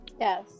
Yes